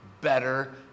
better